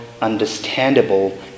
understandable